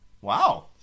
Wow